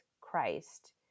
Christ